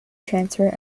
transfer